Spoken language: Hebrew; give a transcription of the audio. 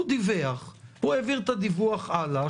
הוא דיווח, הוא העביר את הדיווח הלאה.